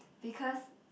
because